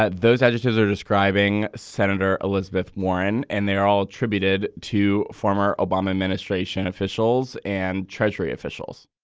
ah those adjectives are describing senator elizabeth warren and they are all attributed to former obama administration officials and treasury officials